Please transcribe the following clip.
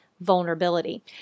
vulnerability